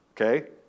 Okay